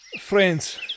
Friends